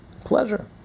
pleasure